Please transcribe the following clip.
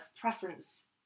preference